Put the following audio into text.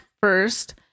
first